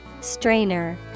Strainer